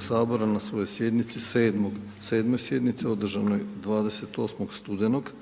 sabora na svojoj sjednici 7.-oj sjednici održanoj 28. studenog